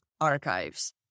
archives